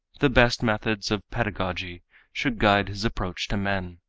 the best methods of pedagogy should guide his approach to men.